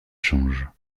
change